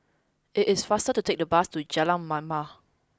it is faster to take the bus to Jalan Mamam